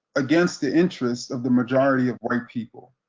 against the interest of the majority of white people.